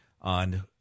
on